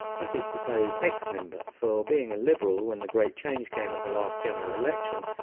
that is to say, ex-member for, being a liberal when the great change came at the last general election,